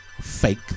fake